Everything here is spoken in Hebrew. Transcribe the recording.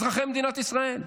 אזרחי מדינת ישראל.